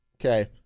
okay